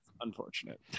unfortunate